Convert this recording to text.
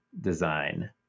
design